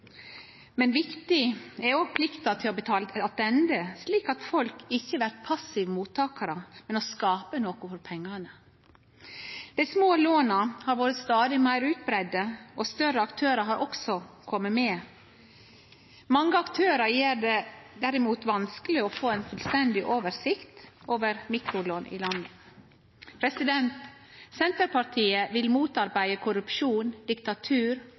Men viktig er òg plikta til å betale attende, slik at folk ikkje blir passive mottakarar, men må skape noko for pengane. Dei små låna har blitt stadig meir utbreidde, og større aktørar har også kome med. Mange aktørar gjer det derimot vanskeleg å få ein fullstendig oversikt over mikrolån i land. Senterpartiet vil motarbeide korrupsjon, diktatur